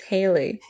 Haley